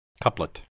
Couplet